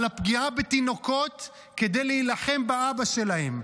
על הפגיעה בתינוקות כדי להילחם באבא שלהם.